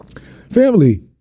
Family